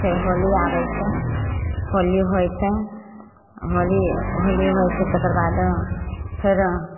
फेर होली आबय छै होली होइ छै होली होली होइ छै तकरबाद फेर